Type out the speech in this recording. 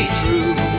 true